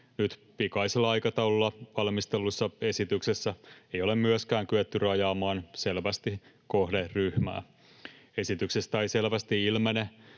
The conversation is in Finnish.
Nyt pikaisella aikataululla valmistellussa esityksessä ei ole myöskään kyetty rajaamaan selvästi kohderyhmää. Esityksestä ei selvästi ilmene,